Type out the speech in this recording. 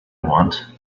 want